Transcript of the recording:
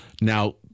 now